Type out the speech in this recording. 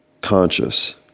conscious